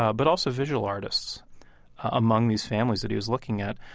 ah but also visual artists among these families that he was looking at.